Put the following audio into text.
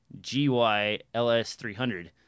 GY-LS300